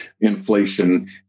inflation